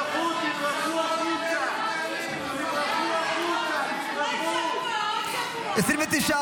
להעביר לוועדה את הצעת